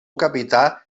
capità